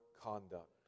conduct